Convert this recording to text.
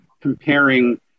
comparing